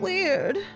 Weird